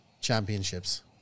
Championships